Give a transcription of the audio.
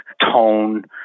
tone